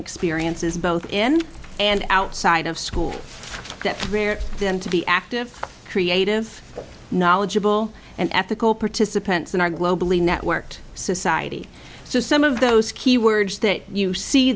experiences both in and outside of school that rare them to be active creative knowledgeable and ethical participants in our globally networked society so some of those key words that you see